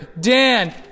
Dan